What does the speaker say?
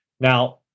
Now